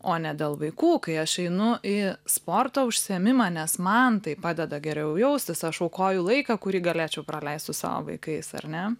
o ne dėl vaikų kai aš einu į sporto užsiėmimą nes man tai padeda geriau jaustis aš aukoju laiką kurį galėčiau praleist su savo vaikais ar ne